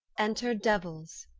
enter devils.